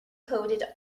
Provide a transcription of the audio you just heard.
coated